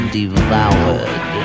devoured